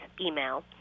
email